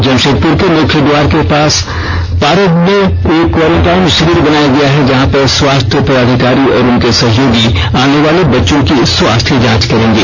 जमशेदपुर के मुख्य द्वार के पास पारडीह में एक क्वॉरेंटाइन शिविर बनाया गया है जहां पर स्वास्थ्य पदाधिकारी और उनके सहयोगी आने वाले बच्चे की स्वास्थ्य जांच करेंगे